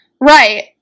Right